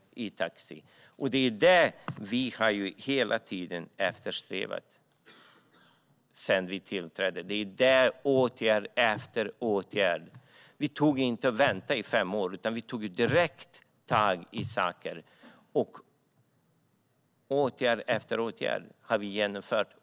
Det är något som vi hela tiden har eftersträvat sedan vi tillträdde. Vi väntade inte i fem år, utan vi tog direkt tag i detta och har genomfört åtgärd efter åtgärd.